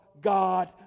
God